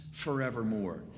forevermore